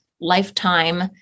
lifetime